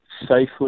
safely